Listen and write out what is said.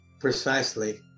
Precisely